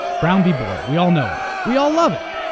brown v. board, we all know it. we all love it.